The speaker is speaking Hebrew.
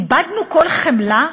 איבדנו כל חמלה?